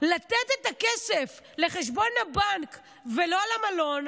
לתת את הכסף לחשבון הבנק ולא למלון,